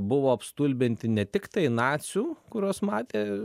buvo apstulbinti ne tiktai nacių kuriuos matė